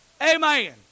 Amen